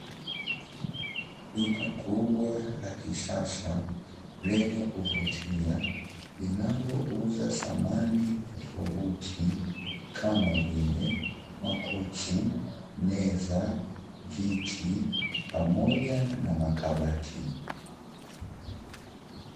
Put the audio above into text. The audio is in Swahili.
Duka kubwa la kisasa, lenye kuvutia linalouza samani tofauti kama vile: makochi, meza, viti, pamoja na makabati.